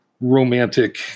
romantic